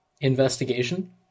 investigation